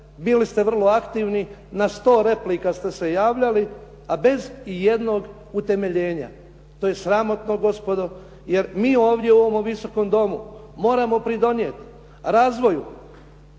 bili ste vrlo aktivni, na 100 replika ste se javljali a bez i jednog utemeljenja. To je sramotno gospodo jer mi ovdje u ovom Visokom domu moramo doprinijeti razvoju